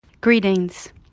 Greetings